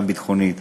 גם ביטחונית.